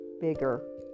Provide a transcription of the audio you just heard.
bigger